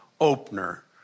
opener